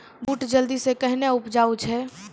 बूट जल्दी से कहना उपजाऊ छ?